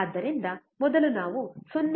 ಆದ್ದರಿಂದ ಮೊದಲು ನಾವು 0